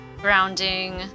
grounding